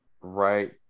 Right